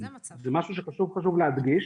זה משהו שפשוט חשוב להדגיש.